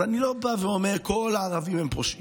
אז אני לא בא ואומר: כל הערבים הם פושעים,